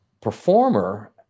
performer